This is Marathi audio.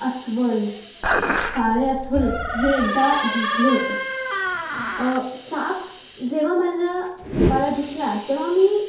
अस्वल काळे अस्वल हे एकदा भेटले होते साप जेव्हा माझ्या मला दिसला तेव्हा मी